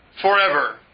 Forever